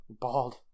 Bald